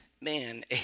man